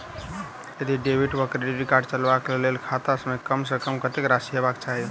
यदि डेबिट वा credit card चलबाक कऽ लेल खाता मे कम सऽ कम कत्तेक राशि हेबाक चाहि?